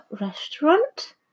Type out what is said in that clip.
restaurant